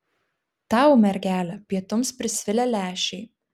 tau mergele pietums prisvilę lęšiai